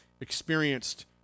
experienced